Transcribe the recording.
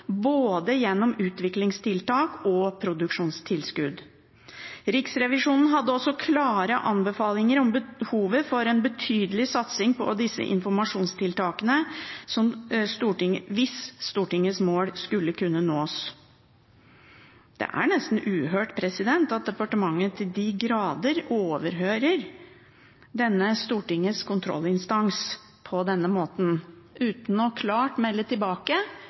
både gjennom utviklingstiltak og produksjonstilskudd. Riksrevisjonen hadde også klare anbefalinger om behovet for en betydelig satsing på disse informasjonstiltakene hvis Stortingets mål skulle kunne nås. Det er nesten uhørt at departementet til de grader overhører denne Stortingets kontrollinstans på denne måten, uten klart å melde tilbake